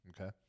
Okay